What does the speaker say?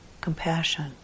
compassion